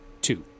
two